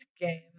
game